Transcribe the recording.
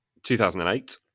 2008